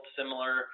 similar